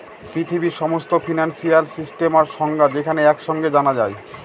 পৃথিবীর সমস্ত financial system আর সংস্থা যেখানে এক সাঙে জানা যায়